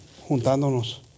juntándonos